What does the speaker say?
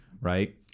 right